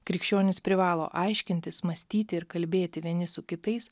krikščionys privalo aiškintis mąstyti ir kalbėti vieni su kitais